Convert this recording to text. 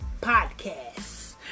Podcast